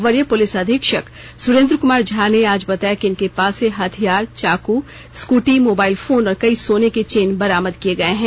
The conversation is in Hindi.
वरीय पुलिस अधीक्षक सुरेंद्र कुमार झा ने आज बताया कि इनके पास से हथियार चाक स्कूटी मोबाइल फोन और कई सोने के चेन बरामद किये गए हैं